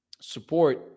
support